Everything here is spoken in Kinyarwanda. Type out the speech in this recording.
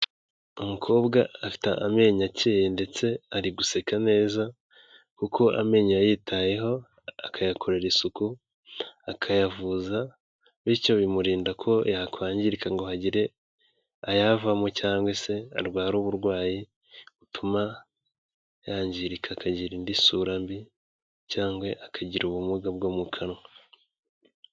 Umukobwa afite amenyo akeye ndetse ari guseka neza kuko amenyo yayitayeho, akayakorera isuku, akayavuza, bityo bimurinda ko yakwangirika ngo hagire ayavamo cyangwa se arwara uburwayi butuma yangirika, akagira indi sura mbi cyangwa akagira ubumuga bwo mu kanwa.